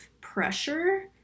pressure